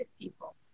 people